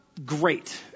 great